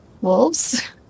wolves